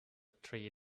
three